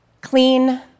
Clean